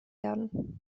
werden